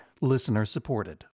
listener-supported